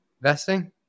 vesting